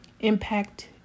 impact